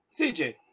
cj